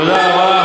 איך, תודה רבה.